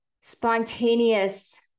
spontaneous